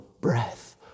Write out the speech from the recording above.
breath